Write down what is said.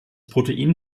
protein